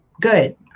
good